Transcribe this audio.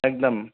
একদম